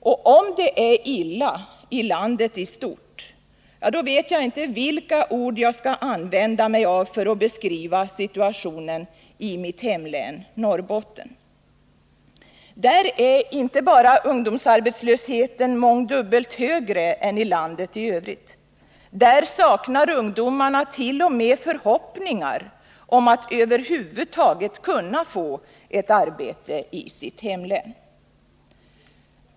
Och om det är illa i landet i stort, vet jag inte vilka ord jag skall använda för att beskriva situationen i mitt hemlän, Norrbotten. Där är inte bara ungdomsarbetslösheten mångdubbelt högre än i landet i övrigt. Där saknar ungdomarna t.o.m. förhoppningar om att över huvud taget kunna få ett arbete i sitt hemlän.